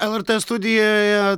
lrt studijoje